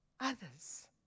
others